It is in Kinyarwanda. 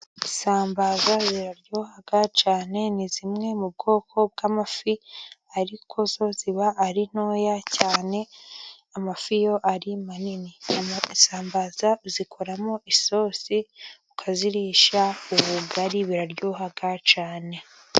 Isambaza ziraryoha cyane, ni zimwe mu bwoko bw'amafi ariko zo ziba ari ntoya cyane amafi yo ari manini. Isambaza uzikoramo isosi ukazirisha ubugari, biraryoha cYane.